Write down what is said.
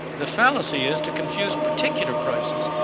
the fallacy is to confuse particular prices,